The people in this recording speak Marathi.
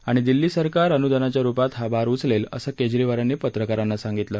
आणि दिल्ली सरकार अन्दानाच्या रुपात हा भार उचलेलं असं केजरीवाल पत्रकारांना सांगितलं